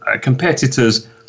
competitors